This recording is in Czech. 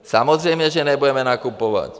Samozřejmě že nebudeme nakupovat.